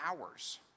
hours